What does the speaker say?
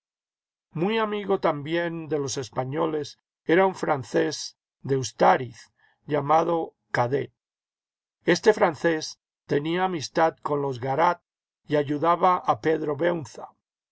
muy amigo también de los españoles era un francés de ustaritz llamado cadet este francés tenía amistad con los garat y ayudaba a pedro